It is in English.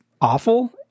awful